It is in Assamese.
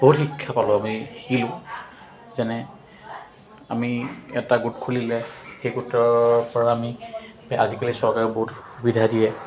বহুত শিক্ষা পালোঁ আমি শিকিলোঁ যেনে আমি এটা গোট খুলিলে সেই গোটৰ পৰা আমি আজিকালি চৰকাৰে বহুত সুবিধা দিয়ে